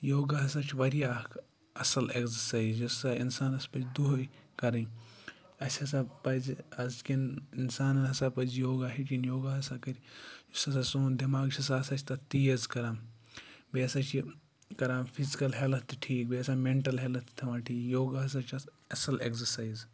یوگا ہَسا چھُ وارِیاہ اَکھ اَصٕل اٮ۪گزَرسایِز یُس ہَسا اِنسانَس پَزِ دۄہَے کَرٕنۍ اَسہِ ہَسا پَزِ اَزکٮ۪ن اِنسانَن ہَسا پَزِ یوگا ہیٚچھِنۍ یوگا ہَسا کَرِ یُس ہَسا سون دٮ۪ماغ چھُ سُہ ہَسا چھِ تَتھ تیز کَران بیٚیہِ ہَسا چھِ کَران فِزِکَل ہٮ۪لٕتھ تہِ ٹھیٖک بیٚیہِ ہَسا مٮ۪نٹَل ہیلٕتھ تہِ تھاوان ٹھیٖک یوگا ہَسا چھَس اَصٕل اٮ۪گزَرسایز